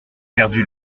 perdu